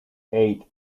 eight